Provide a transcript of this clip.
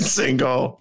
single